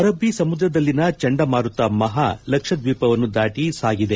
ಅರಬ್ಬಿ ಸಮುದ್ರದಲ್ಲಿನ ಚಂಡಮಾರುತ ಮಹಾ ಲಕ್ಷದ್ವೀಪವನ್ನು ದಾಟಿ ಸಾಗಿದೆ